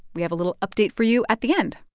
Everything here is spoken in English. we have a little update for you at the end